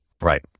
right